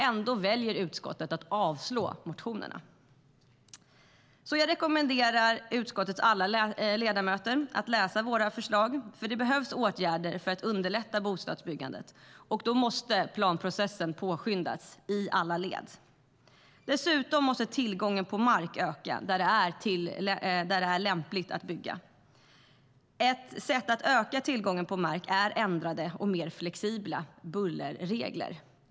Ändå väljer utskottet att avstyrka motionerna. Jag rekommenderar utskottets alla ledamöter att läsa våra förslag, för det behövs åtgärder för att underlätta bostadsbyggandet. Planprocessen måste påskyndas, i alla led. Dessutom måste tillgången på mark öka där det är lämpligt att bygga. Ett sätt att öka tillgången på mark är ändrade och mer flexibla bullerregler.